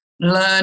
learn